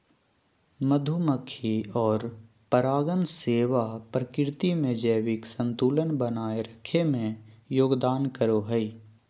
मधुमक्खी और परागण सेवा प्रकृति में जैविक संतुलन बनाए रखे में योगदान करो हइ